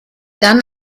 dann